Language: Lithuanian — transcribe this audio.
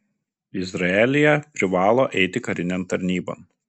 izraelyje privalo eiti karinėn tarnybon